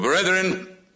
Brethren